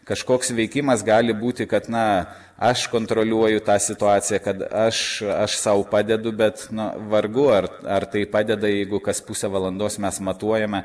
kažkoks veikimas gali būti kad na aš kontroliuoju tą situaciją kad aš aš sau padedu bet na vargu ar ar tai padeda jeigu kas pusę valandos mes matuojame